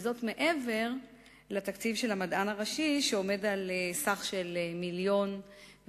וזאת מעבר לתקציב המדען הראשי שעומד על סך של 1.18